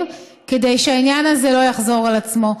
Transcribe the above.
כדי שהעניין הזה לא יחזור על עצמו.